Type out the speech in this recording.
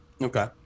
Okay